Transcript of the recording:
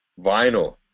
Vinyl